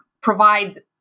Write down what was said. provide